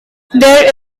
there